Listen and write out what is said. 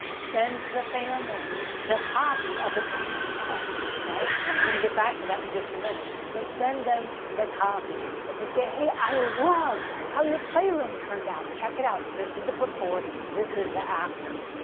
send the family the copy of the picture you took, right? i'm going to get back to that in just a minute, but send them the copy and say, hey, i loved how your playroom turned out. check it out. this is the before, this is the after.